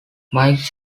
mike